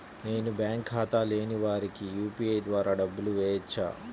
నేను బ్యాంక్ ఖాతా లేని వారికి యూ.పీ.ఐ ద్వారా డబ్బులు వేయచ్చా?